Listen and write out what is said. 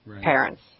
parents